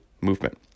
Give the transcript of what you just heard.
movement